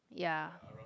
ya